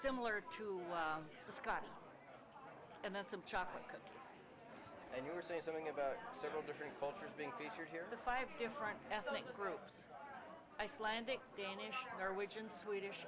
similar to the scotch and then some chocolate and you were saying something about several different cultures being featured here the five different ethnic groups icelandic danish